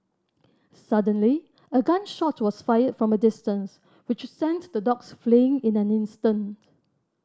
suddenly a gun shot was fired from a distance which sent the dogs fleeing in an instant